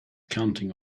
counting